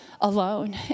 alone